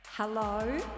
Hello